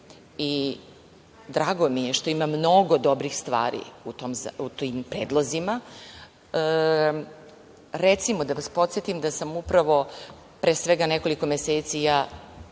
i drago mi je što ima mnogo dobrih stvari u tim predlozima. Recimo, da vas podsetim da sam upravo, pre svega nekoliko meseci,